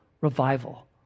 revival